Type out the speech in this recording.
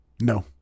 No